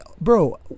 bro